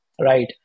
right